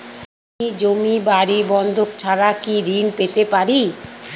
আমি জমি বাড়ি বন্ধক ছাড়া কি ঋণ পেতে পারি?